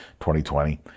2020